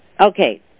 Okay